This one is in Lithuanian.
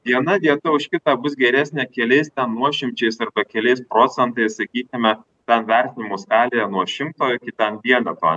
viena vieta už kitą bus geresnė keliais nuošimčiais arba keliais procentais sakykime ten vertinimo skalėje nuo šimto iki ten vieneto